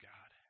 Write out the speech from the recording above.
God